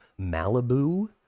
malibu